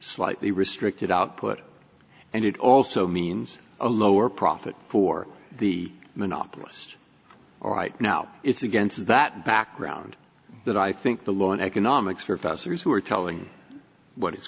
slightly restricted output and it also means a lower profit for the monopolist or right now it's against that background that i think the law and economics professors who are telling you what is